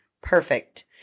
perfect